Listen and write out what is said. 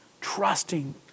trusting